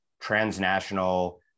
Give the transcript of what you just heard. transnational